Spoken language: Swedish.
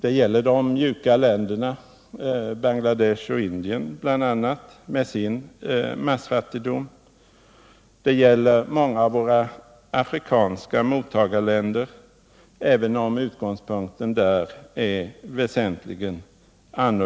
Det gäller de ”mjuka” länderna, bl.a. Bangladesh och Indien, med sin massfattigdom, och det gäller många av våra afrikanska mottagarländer, även om utgångspunkten där väsentligt är en annan.